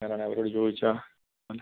ഞാൻ അത് അവരോട് ചോദിച്ചാൽ